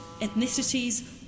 ethnicities